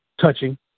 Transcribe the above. touching